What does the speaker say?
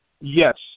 Yes